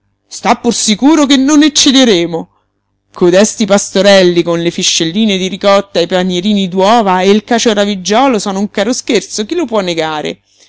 pur sicuro che non eccederemo codesti pastorelli con le fiscelline di ricotta e i panierini d'uova e il cacio raviggiolo sono un caro scherzo chi lo può negare